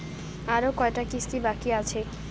আরো কয়টা কিস্তি বাকি আছে?